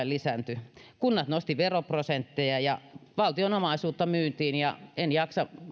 lisääntyi kunnat nostivat veroprosentteja ja valtion omaisuutta myytiin ja en jaksa